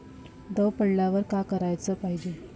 दव पडल्यावर का कराच पायजे?